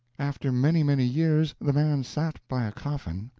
after many, many years the man sat by a coffin,